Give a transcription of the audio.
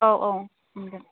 औ औ ओम दे